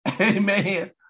Amen